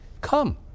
Come